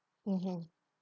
mmhmm